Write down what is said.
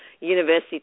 university